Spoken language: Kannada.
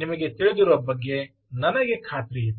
ನಿಮಗೆ ತಿಳಿದಿರುವ ಬಗ್ಗೆ ನನಗೆ ಖಾತ್ರಿಯಿದೆ